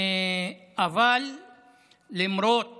אבל למרות